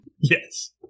Yes